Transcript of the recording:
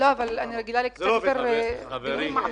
אני רגילה לדיונים קצת יותר מעמיקים.